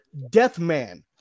Deathman